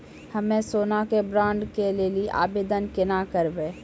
हम्मे सोना के बॉन्ड के लेली आवेदन केना करबै?